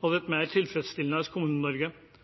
på et mer tilfredsstillende